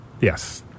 Yes